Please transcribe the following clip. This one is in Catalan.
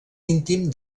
íntim